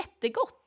jättegott